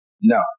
No